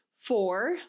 four